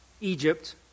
Egypt